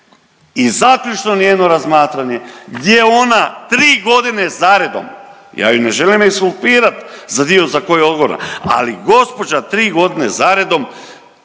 i zaključno, njeno razmatranje gdje ona 3 godine zaredom, ja je ne želim ekskulpirati za dio za koji je odgovorna, ali gospođa 3 godine zaredom